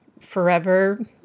forever